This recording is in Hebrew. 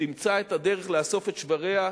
תמצא את הדרך לאסוף את שבריה,